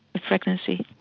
a pregnancy.